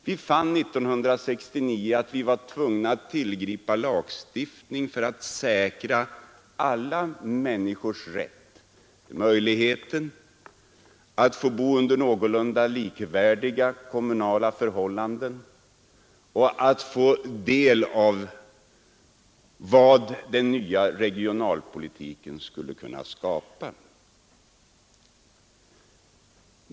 Vi fann 1969 att vi var tvungna att tillgripa lagstiftning för att säkra alla människors möjlighet att få bo under någorlunda likvärdiga kommunala förhållanden och att få del av vad den nya regionalpolitiken skulle kunna skapa.